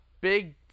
big